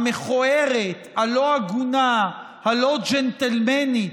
המכוערת, הלא-הגונה, הלא-ג'נטלמנית,